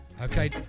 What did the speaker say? Okay